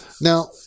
Now